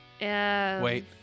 Wait